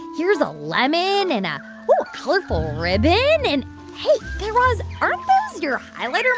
here's a lemon and a ooh, a colorful ribbon. and hey, guy raz, aren't those your highlighter